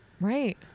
Right